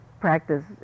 practice